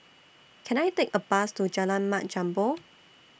Can I Take A Bus to Jalan Mat Jambol